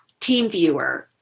TeamViewer